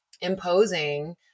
imposing